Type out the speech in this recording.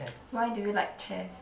why do you like chess